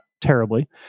terribly